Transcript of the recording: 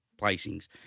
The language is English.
placings